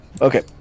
Okay